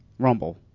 Rumble